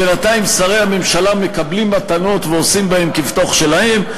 בינתיים שרי הממשלה מקבלים מתנות ועושים בהן כבתוך שלהם.